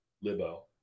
libo